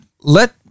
Let